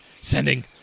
sending